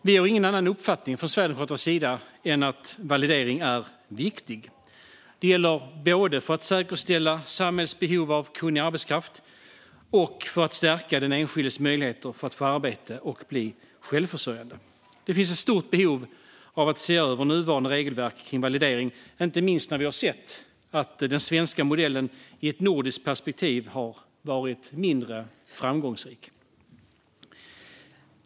Vi har ingen annan uppfattning från Sverigedemokraternas sida än att validering är viktig, både för att säkerställa samhällets behov av kunnig arbetskraft och för att stärka den enskildes möjligheter att få arbete och bli självförsörjande. Det finns ett stort behov av att se över nuvarande regelverk för validering, inte minst då vi sett att den svenska modellen i ett nordiskt perspektiv har varit mindre framgångsrik.